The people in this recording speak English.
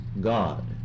God